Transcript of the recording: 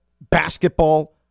basketball